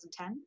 2010